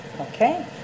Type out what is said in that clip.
Okay